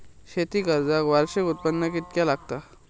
शेती कर्जाक वार्षिक उत्पन्न कितक्या लागता?